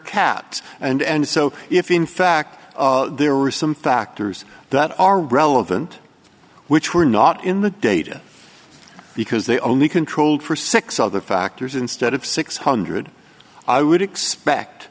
cats and and so if in fact there are some factors that are relevant which were not in the data because they only controlled for six other factors instead of six hundred i would expect